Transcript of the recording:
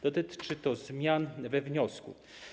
Dotyczy to zmian we wniosku.